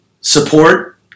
support